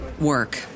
work